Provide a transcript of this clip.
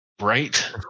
Right